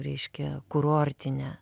reiškia kurortinę